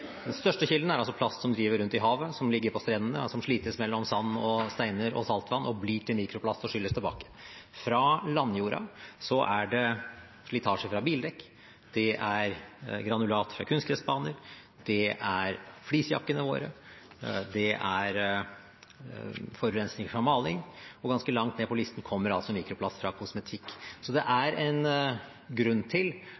Den største kilden er altså plast som driver rundt i havet, som ligger på strendene, og som slites mellom sand og steiner og saltvann og blir til mikroplast og skylles tilbake. Fra landjorden er det slitasje fra bildekk, det er granulat fra kunstgressbaner, det er fleecejakkene våre, det er forurensing fra maling og ganske langt ned på listen kommer altså mikroplast fra kosmetikk. Så det